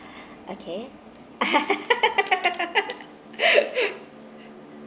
okay